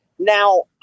Now